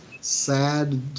sad